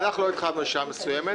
עבר הרבה מאוד זמן.